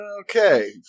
Okay